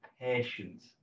patience